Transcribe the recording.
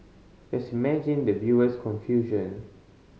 just imagine the viewer's confusion